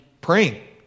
praying